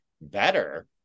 better